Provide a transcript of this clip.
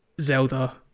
Zelda